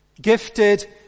Gifted